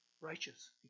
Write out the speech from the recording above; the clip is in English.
righteous